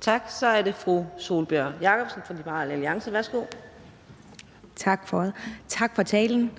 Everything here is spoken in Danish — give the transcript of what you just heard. Kl. 14:48 Sólbjørg Jakobsen (LA): Tak for det. Tak for talen.